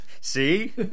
see